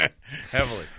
Heavily